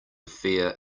fair